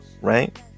right